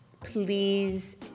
please